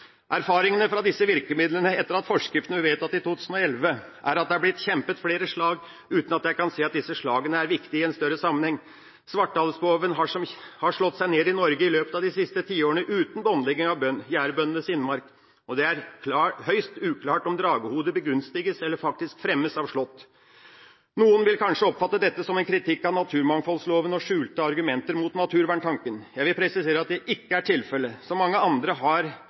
Erfaringene med disse virkemidlene etter at forskriften ble vedtatt i 2011 er at det har blitt kjempet flere slag, uten at jeg kan se at disse slagene er viktige i en større sammenheng. Svarthalespoven har slått seg ned i Norge i løpet av de siste tiårene uten båndlegging av jærbøndenes innmark, og det er høyst uklart om dragehode begunstiges eller faktisk fremmes av slått. Noen vil kanskje oppfatte dette som en kritikk av naturmangfoldloven og skjulte argumenter mot naturverntanken. Jeg vil presisere at det ikke er tilfellet. Som mange andre, har